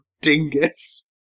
dingus